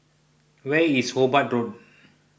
where is Hobart Road